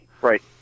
right